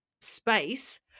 space